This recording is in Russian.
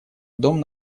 дом